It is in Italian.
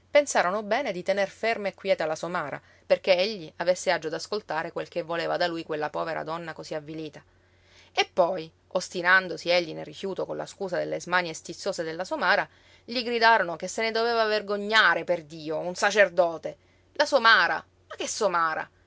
pensarono bene di tener ferma e quieta la somara perché egli avesse agio d'ascoltare quel che voleva da lui quella povera donna cosí avvilita e poi ostinandosi egli nel rifiuto con la scusa delle smanie stizzose della somara gli gridarono che se ne doveva vergognare perdio un sacerdote la somara ma che somara